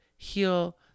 heal